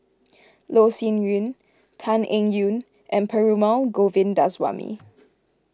Loh Sin Yun Tan Eng Yoon and Perumal Govindaswamy